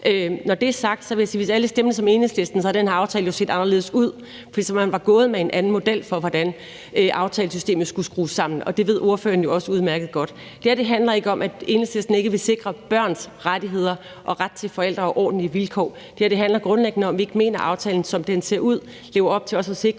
Når det er sagt, vil jeg sige, at hvis alle stemte som Enhedsisten, havde den her aftale jo set anderledes ud, for så var man gået med en anden model for, hvordan aftalesystemet skulle skrues sammen, og det ved Trine Bramsen også udmærket godt. Det her handler ikke om, at Enhedslisten ikke vil sikre børns rettigheder og ret til forældre og ordentlige vilkår. Det her handler grundlæggende om, at vi ikke mener, at aftalen, som den ser ud, lever op til også at sikre